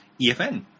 EFN